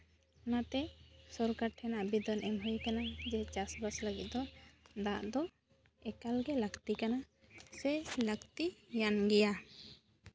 ᱚᱱᱟᱛᱮ ᱥᱚᱨᱠᱟᱨ ᱴᱷᱮᱱ ᱟᱵᱮᱫᱚᱱ ᱮᱢ ᱦᱩᱭ ᱠᱟᱱᱟ ᱡᱮ ᱪᱟᱥᱼᱵᱟᱥ ᱞᱟᱹᱜᱤᱫ ᱫᱚ ᱫᱟᱜ ᱫᱚ ᱮᱠᱟᱞᱜᱮ ᱞᱟᱹᱠᱛᱤ ᱠᱟᱱᱟ ᱥᱮ ᱞᱟᱹᱠᱛᱤ ᱠᱟᱱ ᱜᱮᱭᱟ